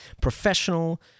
professional